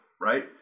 right